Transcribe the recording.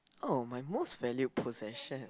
oh my most valued possession